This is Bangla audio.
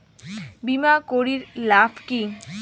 বিমা করির লাভ কি?